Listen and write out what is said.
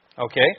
Okay